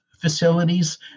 facilities